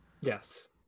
Yes